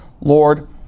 Lord